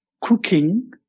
cooking